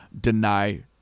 deny